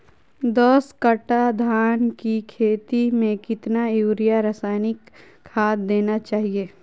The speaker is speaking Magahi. दस कट्टा धान की खेती में कितना यूरिया रासायनिक खाद देना चाहिए?